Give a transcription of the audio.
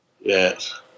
Yes